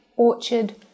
orchard